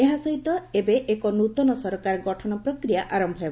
ଏହା ସହିତ ଏବେ ଏକ ନୃତନ ସରକାର ଗଠନ ପ୍ରକ୍ରିୟା ଆରମ୍ଭ ହେବ